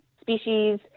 species